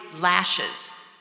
lashes